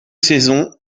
saisons